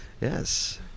Yes